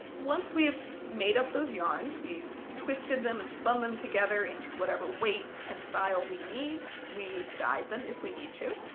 once we've made up those yarns, we've twisted them and spun them together into whatever weight and style we need. we've dyed them if we need to,